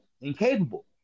incapable